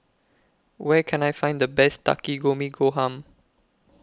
Where Can I Find The Best Takikomi Gohan